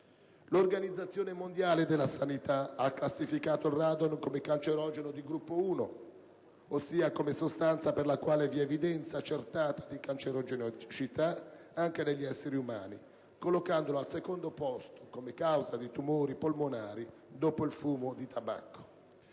L'Organizzazione mondiale della sanità ha classificato il radon come cancerogeno di gruppo 1, ossia come sostanza per la quale vi è evidenza accertata di cancerogenità anche negli esseri umani, collocandola al secondo posto, come causa di tumori polmonari, dopo il fumo di tabacco.